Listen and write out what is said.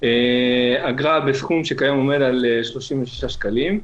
אגרה בסכום שכיום עומד על 36 שקלים.